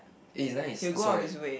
eh he's nice that's why